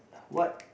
what